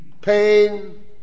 pain